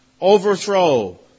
overthrow